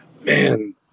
man